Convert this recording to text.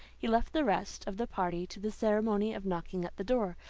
he left the rest of the party to the ceremony of knocking at the door,